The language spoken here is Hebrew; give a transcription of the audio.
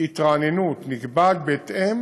התרעננות נקבעת בהתאם